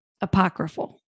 apocryphal